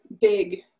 big